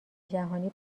جهانی